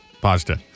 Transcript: pasta